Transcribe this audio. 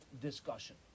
discussion